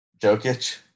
Jokic